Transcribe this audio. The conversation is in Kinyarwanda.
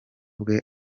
bwe